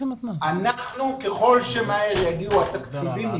ואנחנו ככל שמהר יגיעו התקציבים,